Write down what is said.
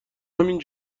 همین